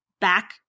back